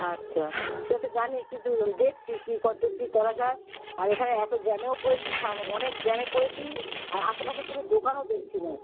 আচ্ছা সেই তো জানি কিন্তু দেখছি কী কদ্দূর কী করা যায় আর এখানে এতো জ্যামেও পড়েছি সাম অনেক জ্যামে পড়েছি আর আশেপাশে কোনও দোকানও দেখছি নেই